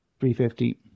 350